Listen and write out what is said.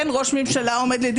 ראש ממשלה עומד לדין